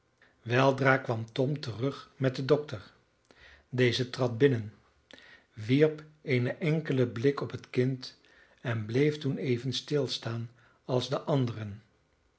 weldra kwam tom terug met den dokter deze trad binnen wierp een enkelen blik op het kind en bleef toen even stilstaan als de anderen